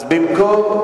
שטיחים פרסיים.